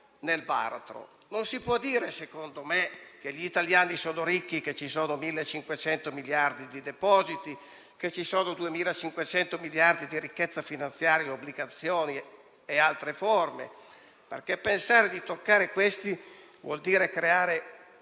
non si può dire che gli italiani sono ricchi, che ci sono 1.500 miliardi di depositi e 2.500 di ricchezza finanziaria, in obbligazioni e altre forme, perché pensare di toccare questi vuol dire creare